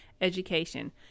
Education